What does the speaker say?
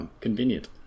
Convenient